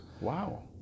Wow